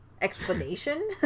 explanation